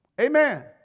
Amen